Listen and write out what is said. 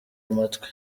amatwi